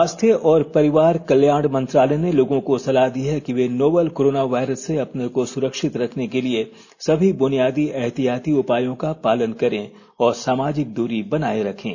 स्वास्थ्य और परिवार कल्याण मंत्रालय ने लोगों को सलाह दी है कि वे नोवल कोरोना वायरस से अपने को सुरक्षित रखने के लिए सभी बुनियादी एहतियाती उपायों का पालन करें और सामाजिक दूरी बनाए रखें